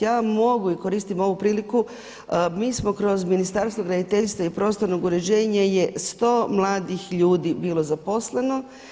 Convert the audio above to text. Ja vam mogu i koristim ovu priliku, mi smo kroz Ministarstvo graditeljstva i prostornog uređenja je 100 mladih ljudi bilo zaposleno.